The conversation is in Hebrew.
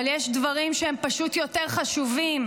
אבל יש דברים שהם פשוט יותר חשובים.